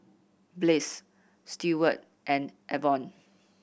Bliss Steward and Evon